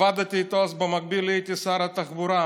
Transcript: עבדתי איתו אז במקביל, הייתי שר התחבורה,